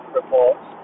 reports